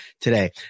today